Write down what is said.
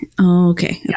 Okay